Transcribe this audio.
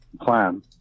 plan